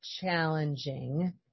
challenging